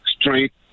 strength